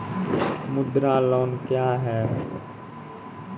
मुद्रा लोन क्या हैं?